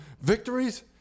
victories